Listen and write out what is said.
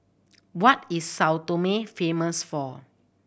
what is Sao Tome famous for